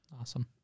Awesome